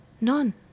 None